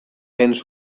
venç